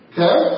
Okay